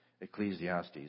Ecclesiastes